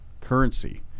currency